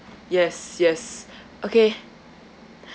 yes yes okay